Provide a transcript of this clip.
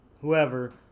whoever